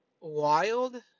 wild